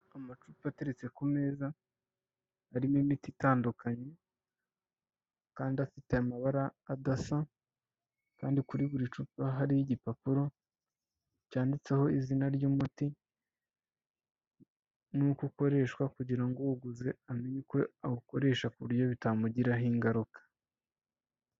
Amacupa ateretse ku meza arimo imiti itandukanye kandi afite amabara adasa, kandi kuri buri cupa hariho igipapuro cyanditseho izina ry'umuti nuko ukoreshwa kugira uguze amenye uko awukoresha ku buryo bitamugiraho ingaruka.